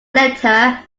letter